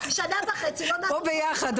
שנה וחצי לא נעשו פה שחיתות.